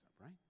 right